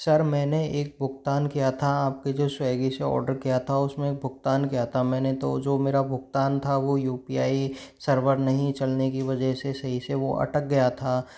sir मैंने एक भुगतान किया था आप के जो स्वेग्गी से ऑर्डर किया था उस में भुगतान किया था मैंने तो जो मेरा भुगतान था वो यू पी आई सरवर नहीं चलने की वजह से सही से वो अटक गया था